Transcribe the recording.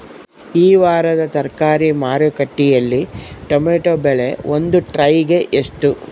ಈ ವಾರದ ತರಕಾರಿ ಮಾರುಕಟ್ಟೆಯಲ್ಲಿ ಟೊಮೆಟೊ ಬೆಲೆ ಒಂದು ಟ್ರೈ ಗೆ ಎಷ್ಟು?